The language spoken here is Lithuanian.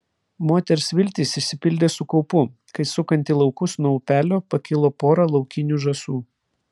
moters viltys išsipildė su kaupu kai sukant į laukus nuo upelio pakilo pora laukinių žąsų